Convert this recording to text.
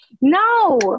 No